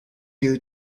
you